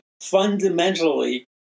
fundamentally